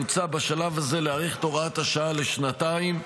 מוצע בשלב הזה להאריך את הוראת השעה לשנתיים.